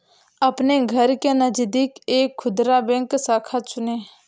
अपने घर के नजदीक एक खुदरा बैंक शाखा चुनें